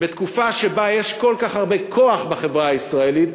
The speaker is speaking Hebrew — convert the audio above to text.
בתקופה שבה יש כל כך הרבה כוח בחברה הישראלית,